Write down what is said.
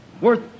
Worth